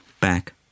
back